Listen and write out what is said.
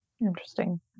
Interesting